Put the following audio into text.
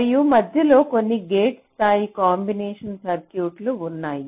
మరియు మధ్యలో కొన్ని గేట్ స్థాయి కాంబినేషన్ సర్క్యూట్లు ఉన్నాయి